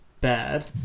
bad